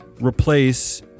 replace